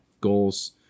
goals